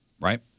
Right